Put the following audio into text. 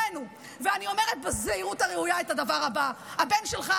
ואני אומרת בזהירות הראויה את הדבר הבא: הבן שלך,